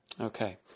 Okay